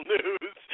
News